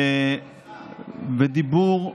כבוד השר,